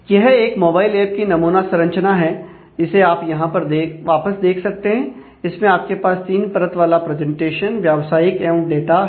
यह एक mobile app की नमूना संरचना है इसे आप यहां पर वापस देख सकते हैं इसमें आपके पास तीन परत वाला प्रेजेंटेशन व्यावसायिक एवं डाटा है